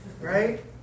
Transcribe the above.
right